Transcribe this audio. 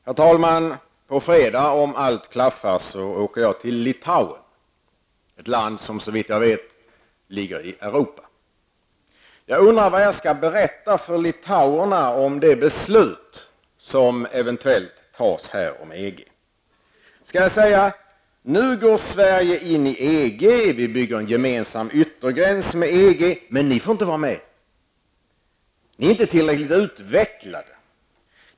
Herr talman! På fredag, om allt klaffar, åker jag till Litauen -- ett land som såvitt jag vet ligger i Europa. Jag undrar vad jag skall berätta för litauerna om det beslut om EG som riksdagen eventuellt kommer att fatta. Skall jag säga: Nu går Sverige in i EG och bygger en gemensam yttergräns med EG -- men ni får inte vara med! Ni är inte tillräckligt utvecklade.